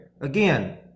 again